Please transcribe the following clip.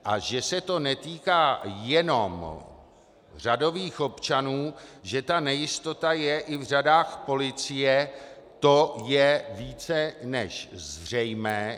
A že se to netýká jenom řadových občanů, že ta nejistota je i v řadách policie, to je více než zřejmé.